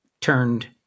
turned